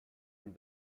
and